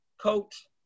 coach